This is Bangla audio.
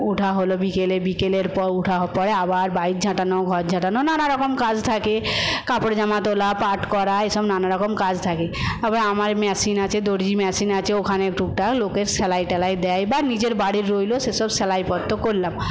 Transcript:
ওঠা হল বিকেলে বিকেলের পর ওঠার পর আবার বাইর ঝাঁটানো ঘর ঝাঁটানো নানারকম কাজ থাকে কাপড় জামা তোলা পাট করা এসব নানারকম কাজ থাকে আবার আমার মেশিন আছে দর্জি মেশিন আছে ওখানে টুকটাক লোকের সেলাই টেলাই দেয় বা নিজের বাড়ির রইলো সেই সব সেলাই পত্র করলাম